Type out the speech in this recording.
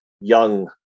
young